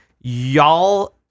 y'all